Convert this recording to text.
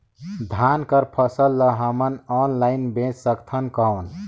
धान कर फसल ल हमन ऑनलाइन बेच सकथन कौन?